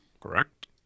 correct